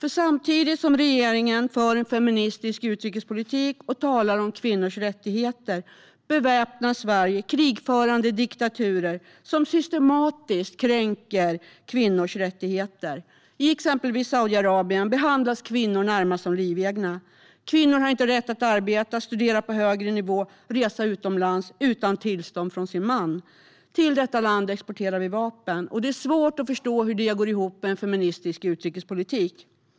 Samtidigt som regeringen för en feministisk utrikespolitik och talar om kvinnors rättigheter beväpnar Sverige krigförande diktaturer som systematiskt kränker kvinnors rättigheter. I exempelvis Saudiarabien behandlas kvinnor närmast som livegna. Kvinnor har inte rätt att arbeta, studera på högre nivå eller resa utomlands utan tillstånd från sin man. Till detta land exporterar vi vapen. Det är svårt att förstå hur det går ihop med en feministisk utrikespolitik.